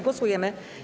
Głosujemy.